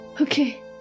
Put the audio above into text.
okay